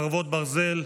חרבות ברזל)